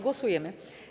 Głosujemy.